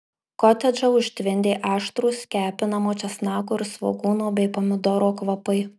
kotedžą užtvindė aštrūs kepinamo česnako ir svogūno bei pomidoro kvapai